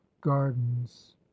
gardens